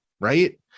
right